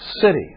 city